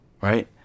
right